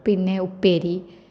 പിന്നെ ഉപ്പേരി